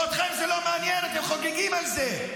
ואתכם זה לא מעניין, אתם חוגגים על זה.